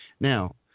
Now